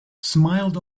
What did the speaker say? smiled